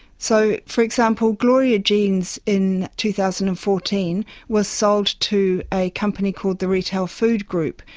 so, for example, gloria jean's in two thousand and fourteen was sold to a company called the retail food group,